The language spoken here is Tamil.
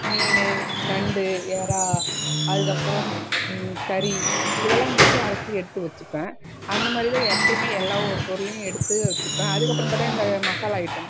மீனு நண்டு இறா அதுக்கு அப்புறம் கறி இதெல்லாம் முன்னடியே அலசி எடுத்து வச்சுப்பேன் அந்தமாதிரிதான் எப்போயுமே எல்லா ஒரு பொருளையும் எடுத்து வச்சுப்பேன் அதுக்கு அப்புறம் பார்த்தா இந்த மசாலா ஐட்டம்